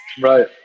Right